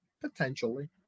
Potentially